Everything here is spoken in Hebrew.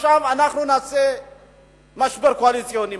עכשיו אנחנו נעשה משבר קואליציוני.